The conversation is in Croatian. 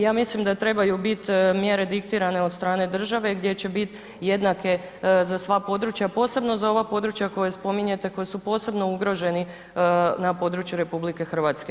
Ja misli da trebaju biti mjere diktirane od strane države gdje će biti jednake za sva područja, posebno za ova područja koja spominjete koja su posebno ugroženi na području RH.